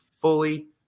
fully